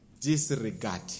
disregard